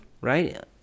right